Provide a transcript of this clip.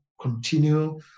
continue